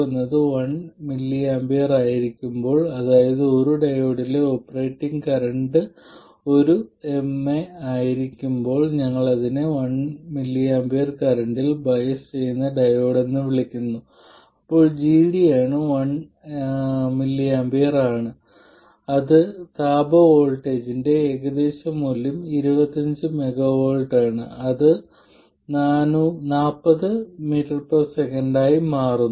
നിങ്ങൾക്ക് y12 Δ V2 ആയിരിക്കുന്ന ഒരു നിയന്ത്രണ ഉറവിടം ഉണ്ടായിരിക്കും മറുവശത്ത് നിങ്ങൾക്ക് y21 Δ V1 ആയ ഒരു നിയന്ത്രണ ഉറവിടവും y22 എന്ന ചാലകത അല്ലെങ്കിൽ 1 ഓവർ y22 എന്ന ഒരു റെസിസ്റ്റൻസും ഉണ്ടായിരിക്കും